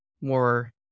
more